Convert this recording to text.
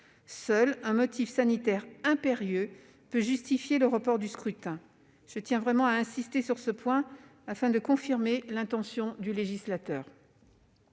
Seul un motif sanitaire impérieux peut justifier le report du scrutin : je tiens vraiment à insister sur ce point afin de confirmer l'intention du législateur.